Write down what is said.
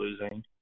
losing